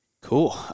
Cool